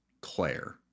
Claire